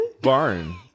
Barn